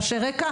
עם רעשי רקע,